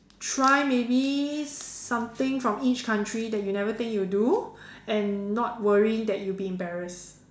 try maybe something from each country that you'd never think you do and not worry that you'd be embarrassed